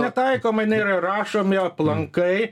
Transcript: netaikoma jinai yra rašomi aplankai